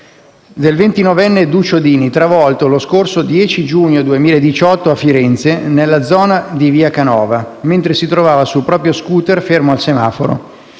ventinovenne Duccio Dini travolto, lo scorso 10 giugno 2018, a Firenze, nella zona di via Canova, mentre si trovava sul proprio *scooter* fermo al semaforo,